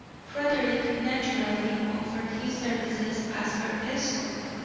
frederick naturally offered his services as her escort.